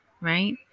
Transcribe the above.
right